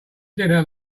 dinner